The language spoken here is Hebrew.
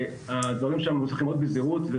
הדברים שם מנוסחים מאוד בזהירות,